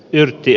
jyrki